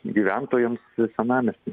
gyventojams senamiestį